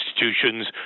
institutions